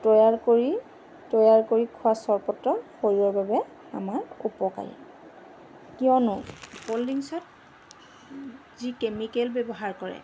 তৈয়াৰ কৰি তৈয়াৰ কৰি খোৱা চৰপতৰ শৰীৰৰ বাবে আমাৰ উপকাৰী কিয়নো ক'ল্ড ড্ৰিংকছ্ত যি কেমিকেল ব্যৱহাৰ কৰে